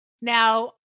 Now